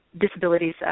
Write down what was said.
disabilities